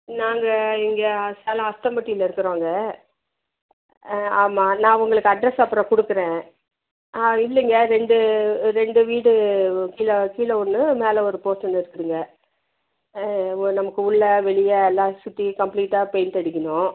நாங்கள் இங்கே சேலம் அஸ்தம்பட்டியில் இருக்கிறோங்க ஆ ஆமாம் நான் உங்களுக்கு அட்ரஸ் அப்புறம் கொடுக்குறேன் ஆ இல்லைங்க ரெண்டு ரெண்டு வீடு கீழே கீழே ஒன்று மேலே ஒரு போர்ஷன் இருக்குதுங்க ஆ நமக்கு உள்ளே வெளியே எல்லாம் சுற்றி கம்ப்ளீட்டாக பெயிண்ட் அடிக்கணும்